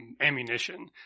ammunition